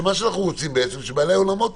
מה שאנחנו רוצים בעצם זה שבעלי האולמות